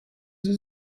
sie